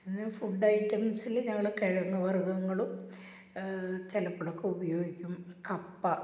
പിന്നെ ഫുഡ് ഐറ്റംസിൽ ഞങ്ങൾ കിഴങ്ങ് വര്ഗ്ഗങ്ങളും ചിലപ്പോഴൊക്കെ ഉപയോഗിക്കും കപ്പ